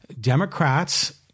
Democrats